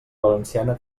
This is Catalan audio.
valenciana